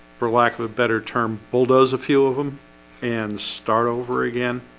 for lack of a better term bulldoze a few of them and start over again.